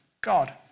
God